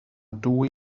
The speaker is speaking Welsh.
dwy